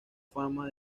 fama